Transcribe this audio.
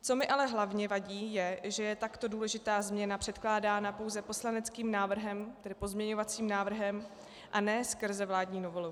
Co mi ale hlavně vadí, je, že je takto důležitá změna předkládána pouze poslaneckým návrhem, tedy pozměňovacím návrhem, a ne skrze vládní novelu.